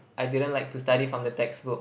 I didn't like to study from the textbook